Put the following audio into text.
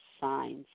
signs